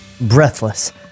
Breathless